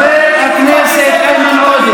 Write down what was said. הרי כשאתה פותח את הפה שלך, חבר הכנסת עופר כסיף,